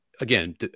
again